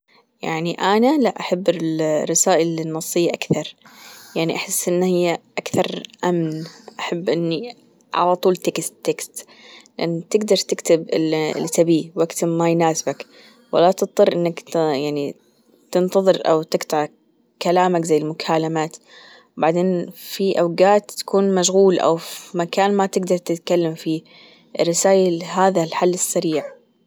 يعني أنا لا، أحب الرسائل النصية أكثر يعني أحس إن هي أكثر أمن أحب إني على طول text text تجدر تكتب اللي تبيه وقت ما يناسبك ولا تضطر إنك يعني تنتظر أو تقطع كلامك زي المكالمات بعدين في أوجات تكون مشغول أو في مكان ما تقدر تتكلم فيه، الرسايل لهذا الحل السريع.